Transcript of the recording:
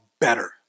better